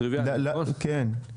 טריוויאלי כן.